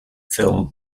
film